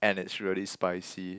and it's really spicy